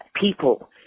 people